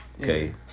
Okay